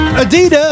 Adidas